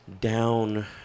down